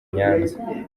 nyanza